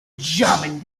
german